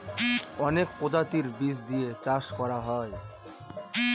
অনেক প্রজাতির বীজ দিয়ে চাষ করা হয়